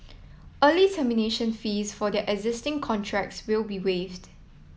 early termination fees for their existing contracts will be waived